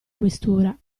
questura